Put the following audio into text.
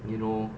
you know